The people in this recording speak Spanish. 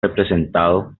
representado